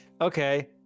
Okay